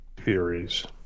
theories